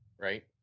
right